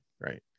right